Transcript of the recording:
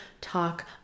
talk